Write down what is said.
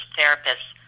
therapists